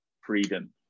freedom